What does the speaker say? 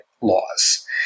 laws